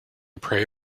pray